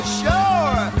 sure